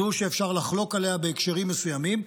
זו שאפשר לחלוק עליה בהקשרים מסוימים,